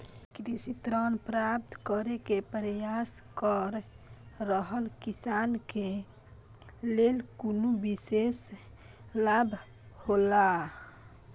कृषि ऋण प्राप्त करे के प्रयास कर रहल किसान के लेल कुनु विशेष लाभ हौला?